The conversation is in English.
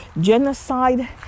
genocide